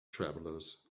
travelers